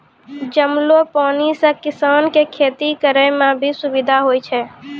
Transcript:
जमलो पानी से किसान के खेती करै मे भी सुबिधा होय छै